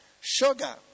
Sugar